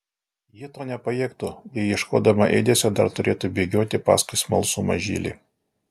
ji to nepajėgtų jei ieškodama ėdesio dar turėtų bėgioti paskui smalsų mažylį